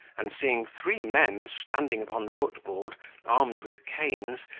and seeing three men standing upon the footboard armed with canes,